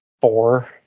Four